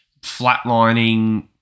flatlining